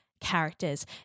Characters